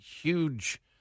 huge